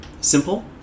simple